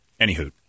Anywho